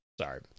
Sorry